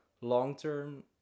long-term